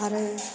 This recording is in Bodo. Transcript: आरो